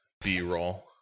B-roll